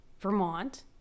Vermont